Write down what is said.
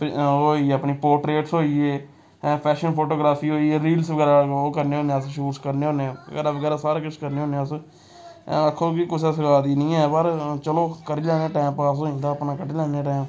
ओह् होई गे अपनी पोर्ट्रेट्स होई गे फैशन फोटोग्राफी होई गेई रील्स बगैरा ओह् करने होन्ने अस शूट करने होन्ने बगैरा बगैरा सारा किश करने होन्ने अस आक्खो कि कुसै सखाई दी निं ऐ पर चलो करी लैन्ने टैम पास होई जंदा अपना कड्ढी लैन्ने टैम